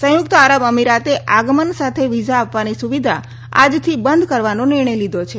સંયુક્ત અરાબ અમિરાતે આગમન સાથે વિઝા આપવાની સુવિધા આજથી બંધ કરવાનો નિર્ણય લીધો છે